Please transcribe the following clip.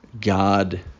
god